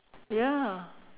ya